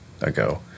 ago